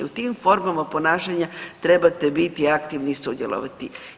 U tim formama ponašanja trebate biti aktivni i sudjelovati.